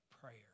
prayer